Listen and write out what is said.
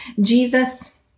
Jesus